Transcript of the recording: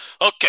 okay